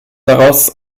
daraus